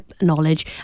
knowledge